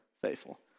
faithful